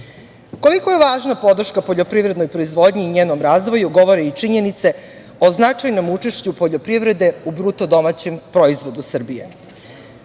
je važna podrška poljoprivrednoj proizvodnji i njenom razvoju, govori i činjenice o značajnom učešću poljoprivrede, u bruto domaćem proizvodu